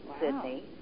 Sydney